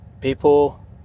people